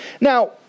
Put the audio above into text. Now